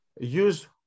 use